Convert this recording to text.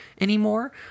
anymore